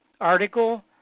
article